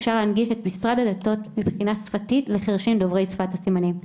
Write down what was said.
אפשר להנגיש את משרד הדתות מבחינה שפתית לחרשים דוברי שפת הסימנים.